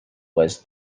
was